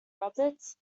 roberts